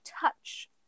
touch